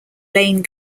lane